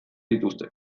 dituzte